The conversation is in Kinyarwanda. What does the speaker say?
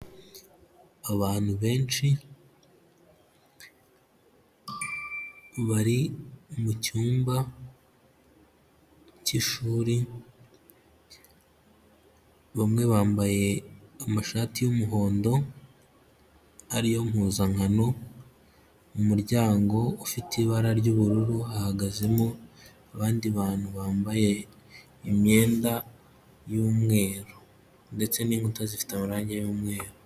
Abantu benshi, bari mucyumba cy'ishuri, bamwe bambaye amashati y'umuhondo ariyo mpuzankano, umuryango ufite ibara ry'ubururu hahagazemo abandi bantu bambaye imyenda y'umweru ndetse n'inkuta zifite umwanya yumweru.